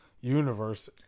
universe